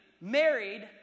married